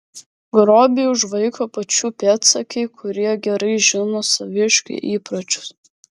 grobį užvaiko pačių pėdsekiai kurie gerai žino saviškių įpročius